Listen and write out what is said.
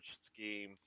scheme